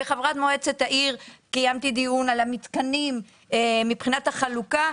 כחברת מועצת העיר קיימתי דיון על המתקנים מבחינת החלוקה.